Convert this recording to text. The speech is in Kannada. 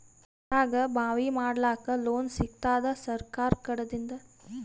ಹೊಲದಾಗಬಾವಿ ಮಾಡಲಾಕ ಲೋನ್ ಸಿಗತ್ತಾದ ಸರ್ಕಾರಕಡಿಂದ?